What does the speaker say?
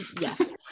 Yes